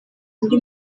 muri